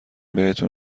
بهتون